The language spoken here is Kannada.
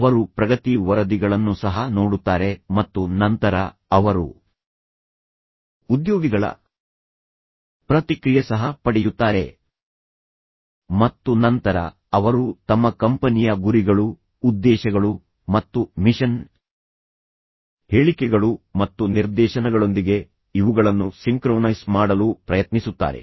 ಅವರು ಪ್ರಗತಿ ವರದಿಗಳನ್ನು ಸಹ ನೋಡುತ್ತಾರೆ ಮತ್ತು ನಂತರ ಅವರು ಉದ್ಯೋಗಿಗಳ ಪ್ರತಿಕ್ರಿಯೆ ಸಹ ಪಡೆಯುತ್ತಾರೆ ಮತ್ತು ನಂತರ ಅವರು ತಮ್ಮ ಕಂಪನಿಯ ಗುರಿಗಳು ಉದ್ದೇಶಗಳು ಮತ್ತು ಮಿಷನ್ ಹೇಳಿಕೆಗಳು ಮತ್ತು ನಿರ್ದೇಶನಗಳೊಂದಿಗೆ ಇವುಗಳನ್ನು ಸಿಂಕ್ರೊನೈಸ್ ಮಾಡಲು ಪ್ರಯತ್ನಿಸುತ್ತಾರೆ